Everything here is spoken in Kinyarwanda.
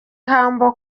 humble